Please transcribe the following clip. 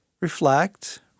reflect